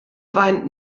weint